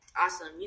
awesome